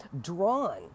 drawn